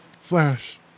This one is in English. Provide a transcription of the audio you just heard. Flash